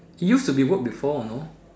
use to be work before you know